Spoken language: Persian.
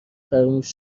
فراموش